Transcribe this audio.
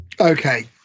okay